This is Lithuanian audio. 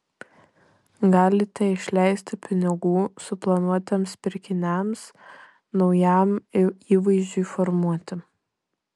galite išleisti pinigų suplanuotiems pirkiniams naujam įvaizdžiui formuoti